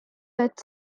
that